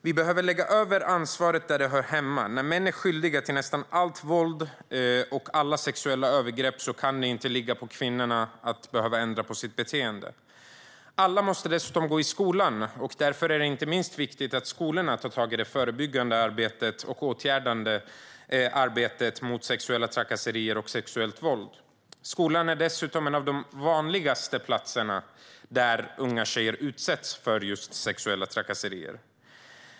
Vi behöver lägga över ansvaret där det hör hemma. När män är skyldiga till nästan allt våld och alla sexuella övergrepp kan det inte ligga på kvinnorna att behöva ändra på sitt beteende. Alla måste gå i skolan. Därför är det viktigt att skolorna tar tag i det förebyggande och åtgärdande arbetet mot sexuella trakasserier och sexuellt våld. Skolan är dessutom den plats där det är vanligast att unga tjejer utsätts för sexuella trakasserier.